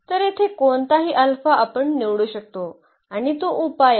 तर येथे कोणताही अल्फा आपण निवडू शकतो आणि तो उपाय आहे